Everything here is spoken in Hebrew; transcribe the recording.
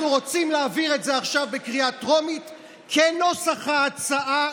אנחנו רוצים להעביר את זה עכשיו בקריאה טרומית כנוסח ההצעה,